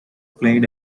played